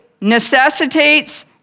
necessitates